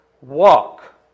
walk